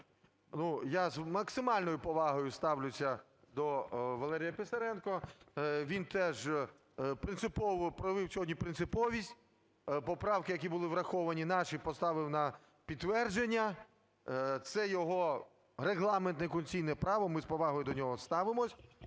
я з максимальною повагою ставлюся до Валерія Писаренка. Він теж принципово, проявив сьогодні принциповість – поправки, які були враховані, наші, поставив на підтвердження. Це його регламентне, конституційне право, ми з повагою до нього ставимося.